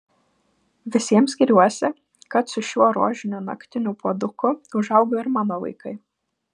visiems giriuosi kad su šiuo rožiniu naktiniu puoduku užaugo ir mano vaikai